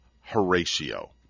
Horatio